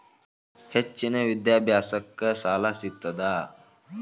ಹೆಚ್ಚಿನ ವಿದ್ಯಾಭ್ಯಾಸಕ್ಕ ಸಾಲಾ ಸಿಗ್ತದಾ?